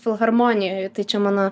filharmonijoj tai čia mano